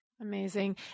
Amazing